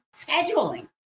scheduling